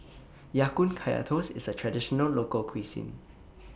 Ya Kun Kaya Toast IS A Traditional Local Cuisine